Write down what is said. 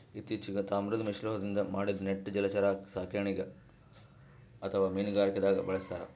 ಇತ್ತಿಚೀಗ್ ತಾಮ್ರದ್ ಮಿಶ್ರಲೋಹದಿಂದ್ ಮಾಡಿದ್ದ್ ನೆಟ್ ಜಲಚರ ಸಾಕಣೆಗ್ ಅಥವಾ ಮೀನುಗಾರಿಕೆದಾಗ್ ಬಳಸ್ತಾರ್